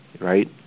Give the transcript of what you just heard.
right